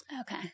Okay